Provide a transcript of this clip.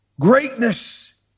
Greatness